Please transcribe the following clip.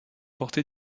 portées